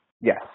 Yes